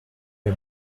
est